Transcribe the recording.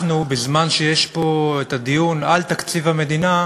אנחנו, בזמן שיש פה דיון על תקציב המדינה,